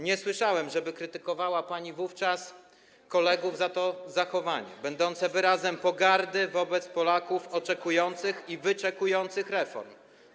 Nie słyszałem, żeby krytykowała pani wówczas kolegów za to zachowanie będące wyrazem pogardy wobec Polaków oczekujących i wyczekujących reform.